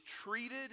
treated